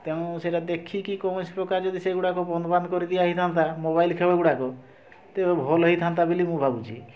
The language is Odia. ତେଣୁ ସେଇଟା ଦେଖିକି କୌଣସି ପ୍ରକାରେ ଯଦି ସେଗୁଡ଼ାକ ବନ୍ଦ ବାନ୍ଦ କରିଦିଆ ହେଇଥାଆନ୍ତା ମୋବାଇଲ୍ ଖେଳଗୁଡ଼ାକ ତେବେ ଭଲ ହେଇଥାନ୍ତା ବୋଲି ମୁଁ ଭାବୁଛି